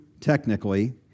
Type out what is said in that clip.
technically